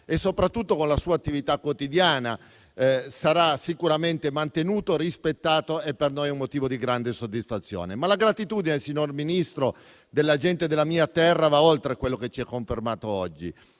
soprattutto con la sua attività quotidiana, sarà sicuramente mantenuto e rispettato, cosa che per noi è motivo di grande soddisfazione. La gratitudine, signor Ministro, della gente della mia terra va oltre a quello che ci ha confermato oggi.